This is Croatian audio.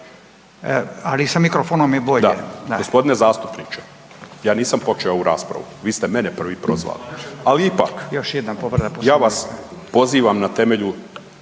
(Nezavisni)** Da, gospodine zastupniče ja nisam počeo ovu raspravu, vi ste mene prvi prozvali, ali ipak ja vas pozivam na temelju